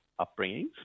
upbringings